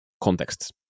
contexts